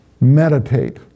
meditate